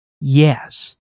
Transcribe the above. Yes